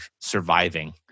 surviving